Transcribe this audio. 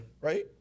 right